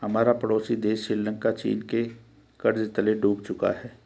हमारा पड़ोसी देश श्रीलंका चीन के कर्ज तले डूब चुका है